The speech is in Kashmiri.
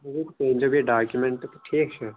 تُہۍ أنۍ زیو بیٚیہِ ڈاکِمینٹ تہِ ٹھیٖک چھا